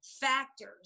factors